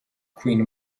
queen